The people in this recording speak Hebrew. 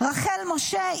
רחל משה,